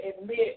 admit